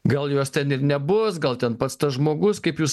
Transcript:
gal jos ten ir nebus gal ten pats tas žmogus kaip jūs